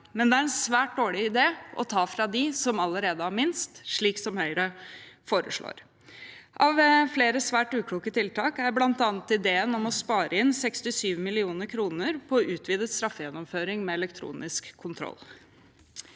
men det er en svært dårlig idé å ta fra dem som allerede har minst, slik Høyre foreslår. Av flere svært ukloke tiltak er bl.a. ideen om å spare inn 67 mill. kr på utvidet straffegjennomføring med elektronisk kontroll,